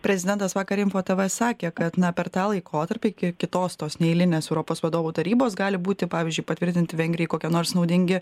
prezidentas vakar info tv sakė kad na per tą laikotarpį ki kitos tos neeilinės europos vadovų tarybos gali būti pavyzdžiui patvirtinti vengrijai kokie nors naudingi